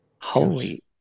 holy